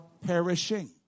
perishing